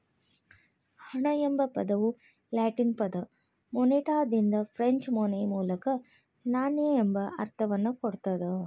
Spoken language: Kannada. ಹಣ ಎಂಬ ಪದವು ಲ್ಯಾಟಿನ್ ಪದ ಮೊನೆಟಾದಿಂದ ಫ್ರೆಂಚ್ ಮೊನೈ ಮೂಲಕ ನಾಣ್ಯ ಎಂಬ ಅರ್ಥವನ್ನ ಕೊಡ್ತದ